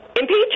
Impeach